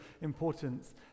importance